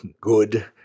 good